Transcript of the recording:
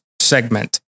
segment